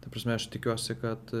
ta prasme aš tikiuosi kad